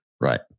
Right